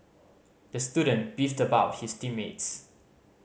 the student beefed about his team mates